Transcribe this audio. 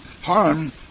harm